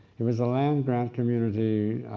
it was a land grant community,